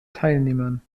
teilnehmern